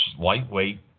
lightweight